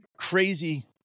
Crazy